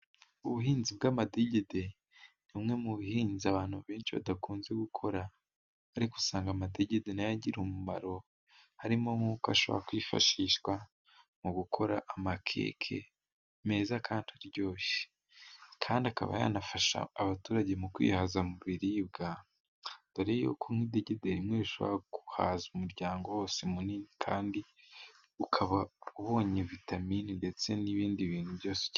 Ubuhinzi bw'amadegede ni bumwe mu bihinzi abantu benshi badakunze gukora, ariko usanga amadegede n'ayo agira umumaro harimo nk'uko ashobora kwifashishwa mu gukora amakeke meza kandi aryoshye, kandi akaba yanafasha abaturage mu kwihaza mu biribwa dore y'uko idegede rimwe rishobora guhaza umuryango wose munini, kandi ukaba ubonye vitamini ndetse n'ibindi bintu byose uke....